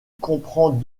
comprend